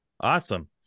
awesome